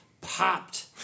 popped